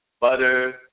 butter